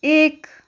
एक